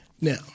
Now